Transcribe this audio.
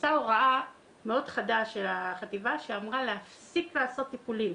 יצאה הוראה מאוד חדה של החטיבה שאמרה להפסיק לעשות טיפולים.